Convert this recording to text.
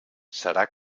serà